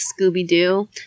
Scooby-Doo